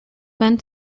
then